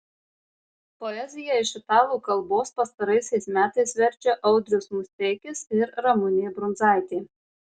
poeziją iš italų kalbos pastaraisiais metais verčia audrius musteikis ir ramunė brundzaitė